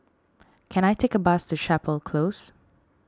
can I take a bus to Chapel Close